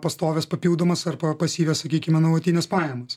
pastovias papildomas arba pasyvias sakykime nuolatines pajamas